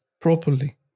properly